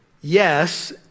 Yes